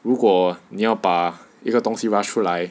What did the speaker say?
如果你要把一个东西 rush 出来